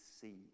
seed